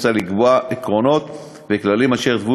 מוצע לקבוע עקרונות וכללים אשר יתוו